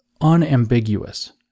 unambiguous